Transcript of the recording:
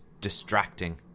distracting